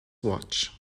watch